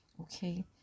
okay